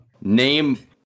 Name